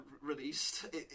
released